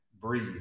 breathe